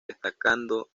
destacando